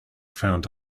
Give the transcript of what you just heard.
found